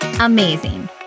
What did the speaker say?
amazing